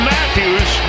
Matthews